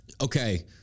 okay